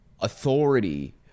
authority